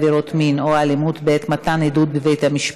עבירות מין או אלימות בעת מתן עדות בבית-המשפט),